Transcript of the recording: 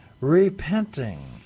repenting